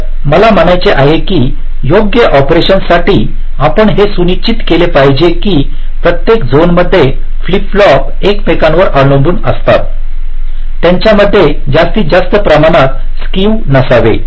तर मला म्हणायचे आहे की योग्य ऑपरेशनसाठी आपण हे सुनिश्चित केले पाहिजे की प्रत्येक झोनमध्ये फ्लिप फ्लॉप एकमेकांवर अवलंबून असतात त्यांच्यामध्ये जास्त प्रमाणात स्केव नसावे